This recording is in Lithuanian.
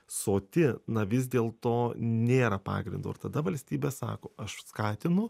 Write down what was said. soti na vis dėl to nėra pagrindo ir tada valstybė sako aš skatinu